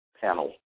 Panel